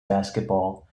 basketball